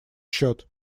счет